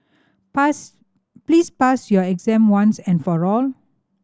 pass please pass your exam once and for all